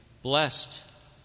Blessed